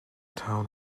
town